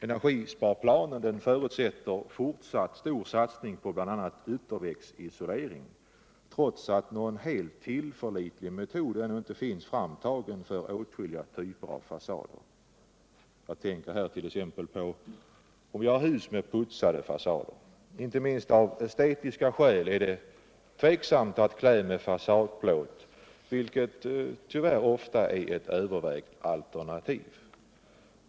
Energisparplanen förutsätter fortsatt stor satsning på bl.a. ytterväggsisolering, trots att någon helt tillförlitlig metod ännu inte är framtagen för åtskilliga typer av fasader. Jag tänker här på t. ox. hus med putsade fasader. Inte minst av estetiska skäl är det diskutabelt att klä dessa med fasadplåt, vilket tyvärr ofta är ett övervägt alternativ.